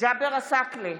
ג'אבר עסאקלה,